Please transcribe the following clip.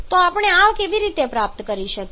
તો આપણે આ કેવી રીતે પ્રાપ્ત કરી શકીએ